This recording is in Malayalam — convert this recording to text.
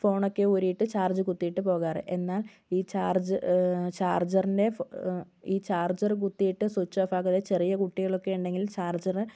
ഫോണൊക്കെ ഊരിയിട്ട് ചാർജ് കുത്തിയിട്ട് പോകാറ് എന്നാൽ ഈ ചാർജ് ചാർജറിൻ്റെ ഫോ ഈ ചാർജർ കുത്തിയിട്ട് സ്വിച്ച് ഓഫാക്കാതെ ചെറിയ കുട്ടികളൊക്കെ ഉണ്ടെങ്കിൽ ചാർജർ